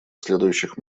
следующих